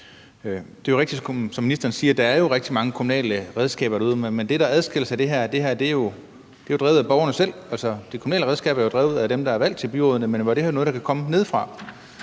Det er jo rigtigt, som ministeren siger, at der er rigtig mange kommunale redskaber derude, men det, der adskiller sig her, er, at det jo er drevet af borgerne selv. Det kommunale redskab er drevet af dem, der er valgt til byrådene, men det her er noget, der kan komme nedefra.